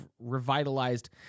revitalized